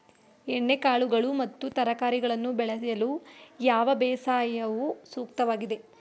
ಎಣ್ಣೆಕಾಳುಗಳು ಮತ್ತು ತರಕಾರಿಗಳನ್ನು ಬೆಳೆಯಲು ಯಾವ ಬೇಸಾಯವು ಸೂಕ್ತವಾಗಿದೆ?